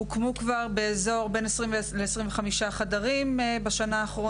הוקמו כבר בין 20 ל-25 חדרים בשנה האחרונה.